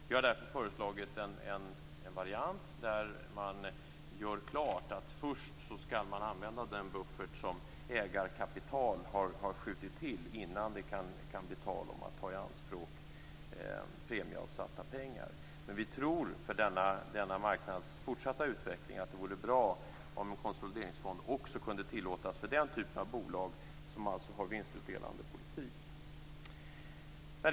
Vi har därför föreslagit en variant där man gör klart att man först skall använda den buffert som ägarkapital har skjutit till innan det kan bli tal om att ta i anspråk premieavsatta pengar. Men vi tror att det för denna marknads fortsatta utveckling vore bra om en konsolideringsfond också kunde tillåtas för den typen av bolag som har vinstutdelande politik.